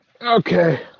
Okay